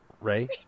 Ray